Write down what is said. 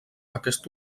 aquest